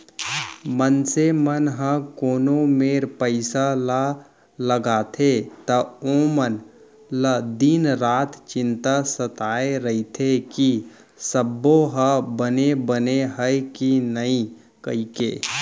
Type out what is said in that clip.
मनसे मन ह कोनो मेर पइसा ल लगाथे त ओमन ल दिन रात चिंता सताय रइथे कि सबो ह बने बने हय कि नइए कइके